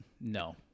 no